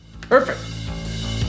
Perfect